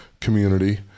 community